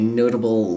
notable